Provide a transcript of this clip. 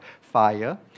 fire